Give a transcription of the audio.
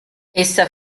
essa